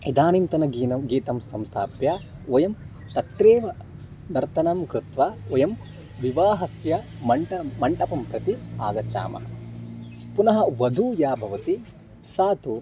इदानीन्तनगीतं गीतं संस्थाप्य वयं तत्रैव नर्तनं कृत्वा वयं विवाहस्य मण्ट मण्टपं प्रति आगच्छामः पुनः वधू या भवति सा तु